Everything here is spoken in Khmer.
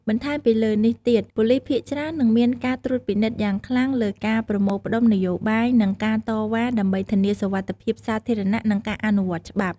បន្ថែមលើនេះទៀត ប៉ូលីសភាគច្រើននឹងមានការត្រួតពិនិត្យយ៉ាងខ្លាំងលើការប្រមូលផ្តុំនយោបាយ និងការតវ៉ា ដើម្បីធានាសុវត្ថិភាពសាធារណៈ និងការអនុវត្តច្បាប់។